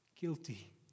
Guilty